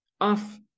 off